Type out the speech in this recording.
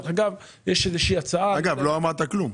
לא אמרת כלום.